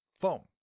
phone